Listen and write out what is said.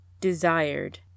desired